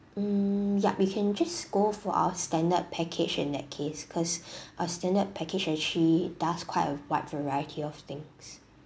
mm yup you can just go for our standard package in that case cause our standard package actually does quite a wide variety of things